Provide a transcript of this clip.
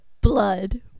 blood